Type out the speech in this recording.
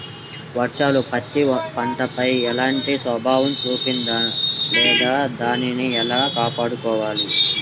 వర్షాలు పత్తి పంటపై ఎలాంటి ప్రభావం చూపిస్తుంద లేదా దానిని ఎలా కాపాడుకోవాలి?